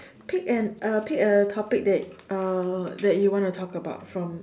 pick an uh pick a topic that uh that you wanna talk about from